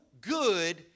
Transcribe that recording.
good